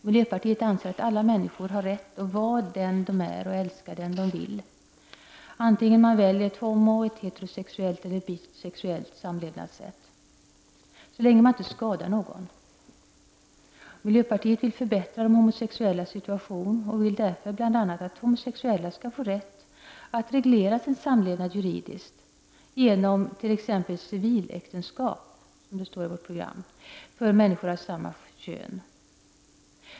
Miljöpartiet anser att varje människa har rätt att vara den man är och älska vem man vill, vare sig man väljer ett homosexuellt, heterosexuellt eller bisexuellt samlevnadssätt och så länge man inte skadar någon. Miljöpartiet vill förbättra de homosexuellas situation och vill därför bl.a. att homosexuella skall få rätt att reglera sin samlevnad juridiskt, t.ex. genom civiläktenskap, som det står i vårt program, för människor av samma kön.